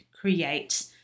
create